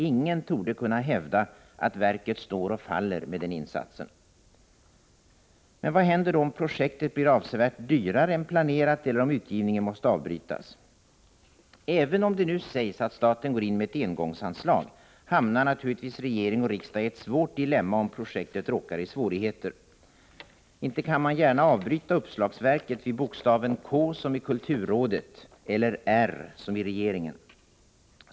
Ingen torde kunna hävda att verket står och faller med den insatsen. Men vad händer om projektet blir avsevärt dyrare än planerat eller om utgivningen måste avbrytas? Även om det nu sägs att staten går in med ett engångsanslag, hamnar naturligtvis regering och riksdag i ett svårt dilemma om projektet råkar i svårigheter. Inte kan man avbryta uppslagsverket vid bokstaven K som i ”kulturrådet” eller R som i ”regeringen”.